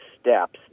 steps